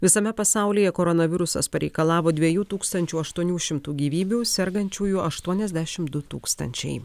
visame pasaulyje koronavirusas pareikalavo dviejų tūkstančių aštuonių šimtų gyvybių sergančiųjų aštuoniasdešimt du tūkstančiai